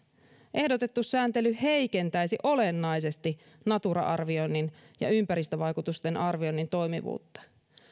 ehdotettu sääntely heikentäisi olennaisesti natura arvioinnin ja ympäristövaikutusten arvioinnin toimivuutta